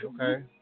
Okay